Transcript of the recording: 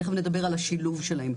תכף נדבר על השילוב שלהם.